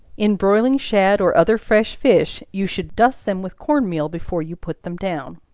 in broiling shad or other fresh fish you should dust them with corn meal before you put them down.